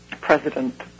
president